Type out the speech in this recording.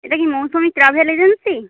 এটা কি Mousumi travel agency